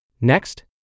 Next